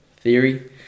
theory